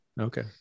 Okay